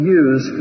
use